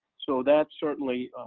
so that certainly